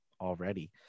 already